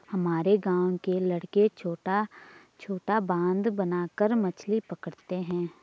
हमारे गांव के लड़के छोटा बांध बनाकर मछली पकड़ते हैं